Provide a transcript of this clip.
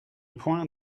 point